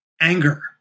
anger